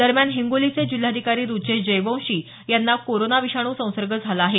दरम्यान जिल्हाधिकारी रुचेश जयवंशी यांना कोरोना विषाणू संसर्ग झाला आहे